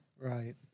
Right